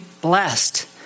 blessed